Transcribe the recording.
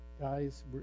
guys